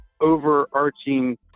overarching